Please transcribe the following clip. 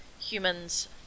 humans